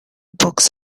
box